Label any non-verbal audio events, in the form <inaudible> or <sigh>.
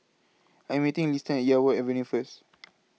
I Am meeting Liston At Yarwood Avenue First <noise>